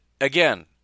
again